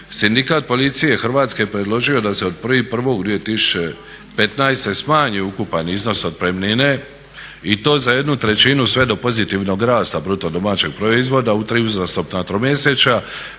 Sindikat policije Hrvatske predložio je da se od 1.1.2015. smanji ukupan iznos otpremnine i to za 1/3 sve do pozitivnog rasta BDP-a u tri uzastopna tromjesečja